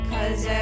Cause